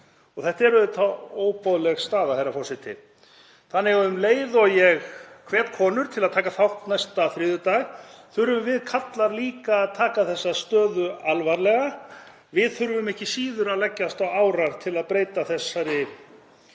Þetta er auðvitað óboðleg staða, herra forseti. Um leið og ég hvet konur til að taka þátt næsta þriðjudag þurfum við karlar líka að taka þessa stöðu alvarlega. Við þurfum ekki síður að leggjast á árar til að breyta þessari ólíðandi